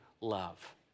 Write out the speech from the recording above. love